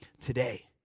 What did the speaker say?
today